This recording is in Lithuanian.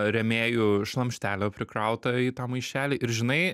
rėmėjų šlamštelėjo prikrauta į tą maišelį ir žinai